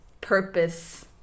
purpose